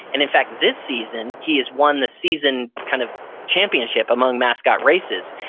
and in fact, this season, he has won the season kind of championship among mascot races.